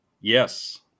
Yes